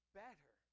better